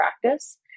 practice